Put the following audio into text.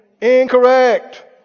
Incorrect